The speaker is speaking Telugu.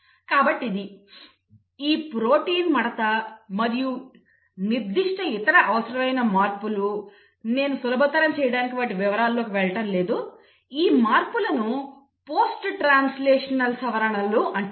కాబట్టి ఇది ఈ ప్రోటీన్ మడత మరియు నిర్దిష్ట ఇతర అవసరమైన మార్పులు నేను సులభతరం చేయడానికి వాటి వివరాల్లోకి వెళ్లడం లేదు ఈ మార్పులను పోస్ట్ ట్రాన్స్లేషనల్ సవరణలు అంటారు